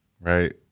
right